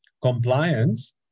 compliance